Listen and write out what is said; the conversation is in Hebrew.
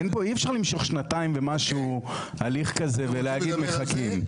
אין פה אי אפשר למשוך שנתיים ומשהו הליך כזה ולהגיד מחכים.